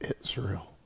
Israel